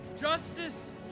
justice